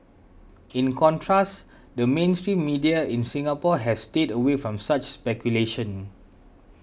in contrast the mainstream media in Singapore has stayed away from such speculation